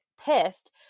pissed